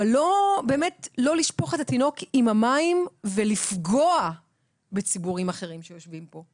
אבל לא לשפוך את התינוק עם המים ולפגוע בציבורים אחרים שיושבים כאן.